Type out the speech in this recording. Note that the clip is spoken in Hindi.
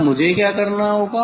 तब मुझे क्या करना होगा